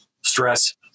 stress